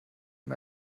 ihm